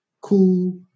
Cool